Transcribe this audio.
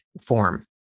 form